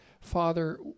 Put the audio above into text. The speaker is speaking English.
father